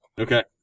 Okay